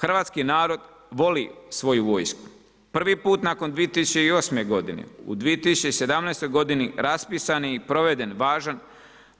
Hrvatski narod voli svoju vojsku, prvi put nakon 2008. godine, u 2017. godini raspisan je i proveden važan